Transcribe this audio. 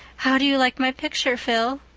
how do you like my picture, phil?